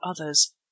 others